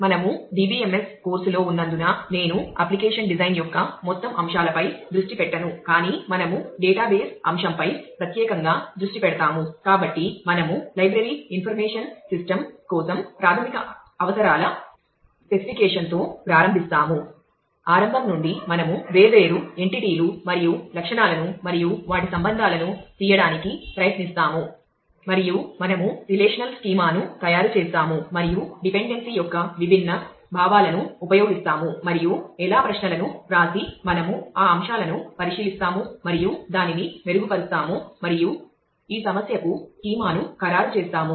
మనము DBMS కోర్సులో ఉన్నందున నేను అప్లికేషన్ డిజైన్ యొక్క విభిన్న భావాలను ఉపయోగిస్తాము మరియు ఎలా ప్రశ్నలను వ్రాసి మనము ఆ అంశాలను పరిశీలిస్తాము మరియు దానిని మెరుగుపరుస్తాము మరియు ఈ సమస్యకు స్కీమాను ఖరారు చేస్తాము